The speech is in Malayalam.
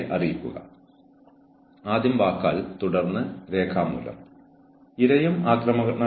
കൂടാതെ അത് ക്രിസ്റ്റൽ ക്ലിയർ ആയിരിക്കണം